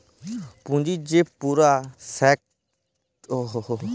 পুঁজির যে পুরা স্ট্রাকচার তা থাক্যে সেটা ক্যাপিটাল স্ট্রাকচার